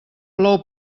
plou